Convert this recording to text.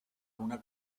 una